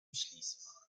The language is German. schließfach